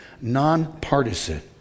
Nonpartisan